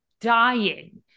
dying